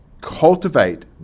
cultivate